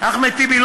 אחמד טיבי,